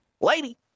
Lady